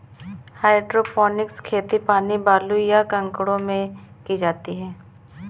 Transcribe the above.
hydroponics खेती पानी, बालू, या कंकड़ों में की जाती है